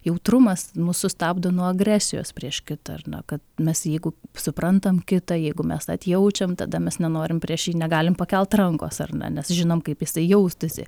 jautrumas mus sustabdo nuo agresijos prieš kitą ar na kad mes jeigu suprantam kitą jeigu mes atjaučiam tada mes nenorim prieš jį negalim pakelt rankos ar na nes žinom kaip jisai jaustųsi